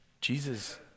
Jesus